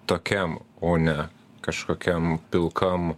tokiam o ne kažkokiam pilkam